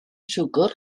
siwgr